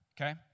Okay